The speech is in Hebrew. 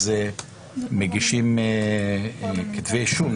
אז מגישים כתבי אישום,